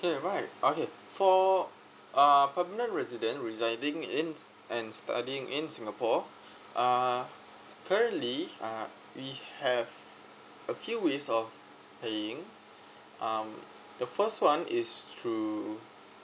K right okay for uh permanent resident residing in and studying in singapore uh currently uh we have a few ways of paying um the first one is through